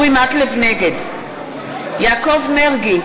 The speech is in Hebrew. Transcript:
נגד יעקב מרגי,